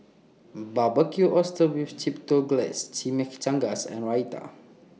Barbecued Oysters with Chipotle Glaze Chimichangas and Raita